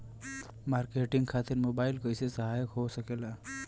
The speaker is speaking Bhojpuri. मार्केटिंग खातिर मोबाइल कइसे सहायक हो सकेला?